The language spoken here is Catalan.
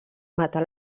matar